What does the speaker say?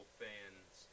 fans